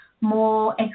more